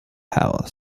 power